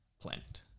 planet